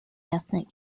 ethnic